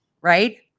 right